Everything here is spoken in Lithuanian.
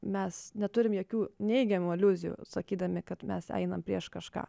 mes neturim jokių neigiamų aliuzijų sakydami kad mes einam prieš kažką